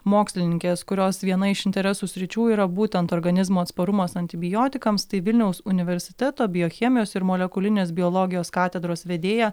mokslininkės kurios viena iš interesų sričių yra būtent organizmo atsparumas antibiotikams tai vilniaus universiteto biochemijos ir molekulinės biologijos katedros vedėja